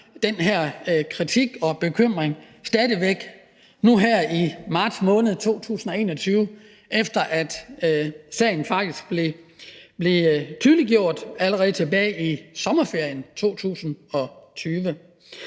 den her kritik og hører den bekymring, efter at sagen faktisk blev tydeliggjort allerede tilbage i sommerferien 2020.